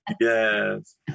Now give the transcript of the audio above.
yes